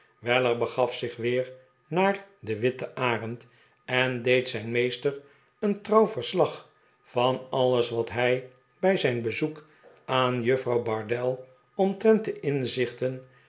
weller begaf zieh weer naar de witte arend en deed zijn meester een trouw verslag van alles wat hij bij zijn bezoek aan juffrouw bardell omtrent de inzichten